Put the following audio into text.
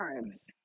Times